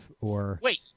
Wait